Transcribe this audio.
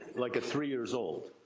like at three years old.